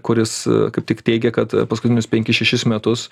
kuris kaip tik teigė kad paskutinius penkis šešis metus